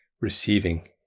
receiving